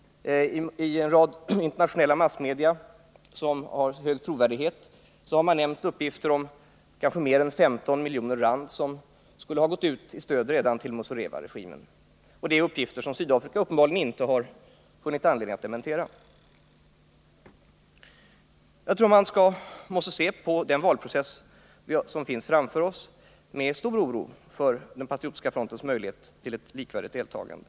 I en rad internationella massmedia som har hög trovärdighet har man nämnt uppgifter om kanske mer än 15 miljoner rand som redan skulle ha gått ut i stöd till Muzorewaregimen. Det är uppgifter som Sydafrika uppenbarligen inte har funnit anledning att dementera. Nr 56 Jag tror att vi måste se på den valprocess som vi har framför oss med stor Tisdagen den oro för Patriotiska frontens möjligheter till ett likvärdigt deltagande.